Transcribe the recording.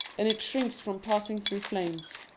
and it shrinks from passing through flames.